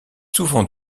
souvent